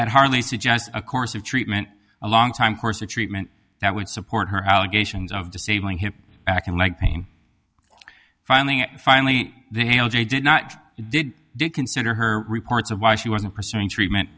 that hardly suggests a course of treatment a long time course of treatment that would support her allegations of disabling him acting like pain finally finally they all j did not did consider her reports of why she wasn't pursuing treatment